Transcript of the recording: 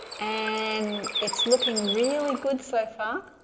and it's looking really good so far